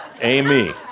Amy